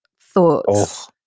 thoughts